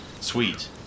Sweet